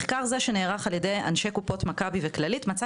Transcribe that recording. מחקר זה שנערך על ידי אנשי קופות מכבי וכללית מצא